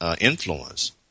influence